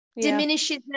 diminishes